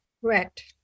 Correct